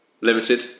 limited